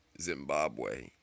Zimbabwe